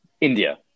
India